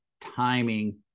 timing